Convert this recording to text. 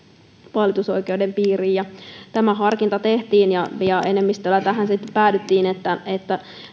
valitusoikeuden piiriin tämä harkinta tehtiin ja ja enemmistöllä tähän sitten päädyttiin että että